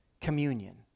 communion